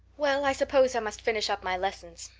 well, i suppose i must finish up my lessons.